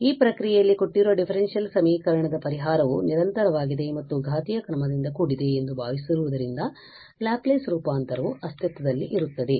ಈ ಪ್ರಕ್ರಿಯೆಯಲ್ಲಿ ಕೊಟ್ಟಿರುವ ಡಿಫರೆನ್ಶಿಯಲ್ ಸಮೀಕರಣದ ಪರಿಹಾರವು ನಿರಂತರವಾಗಿದೆ ಮತ್ತು ಘಾತೀಯ ಕ್ರಮದಿಂದ ಕೂಡಿದೆ ಎಂದು ಭಾವಿಸಿರುವುದರಿಂದ ಲ್ಯಾಪ್ಲೇಸ್ ರೂಪಾಂತರವು ಅಸ್ತಿತ್ವದಲ್ಲಿರುತ್ತದೆ